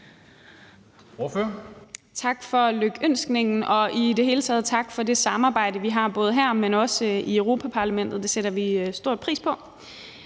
Tak for lykønskningen, og i det hele taget tak for det samarbejde, vi har både her, men også i Europa-Parlamentet. Det sætter vi stor pris på.